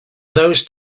those